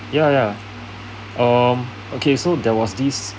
ya ya um okay so there was this